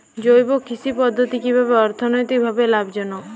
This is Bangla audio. জৈব কৃষি পদ্ধতি কি অর্থনৈতিকভাবে লাভজনক?